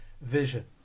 vision